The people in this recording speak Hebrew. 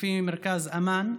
לפי מרכז אמאן,